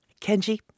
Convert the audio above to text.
Kenji